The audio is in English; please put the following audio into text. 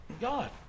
God